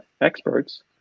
experts